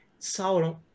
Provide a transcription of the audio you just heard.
Sauron